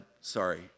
sorry